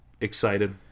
excited